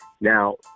Now